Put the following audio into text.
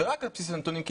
ורק על בסיס הנתונים,